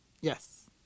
Yes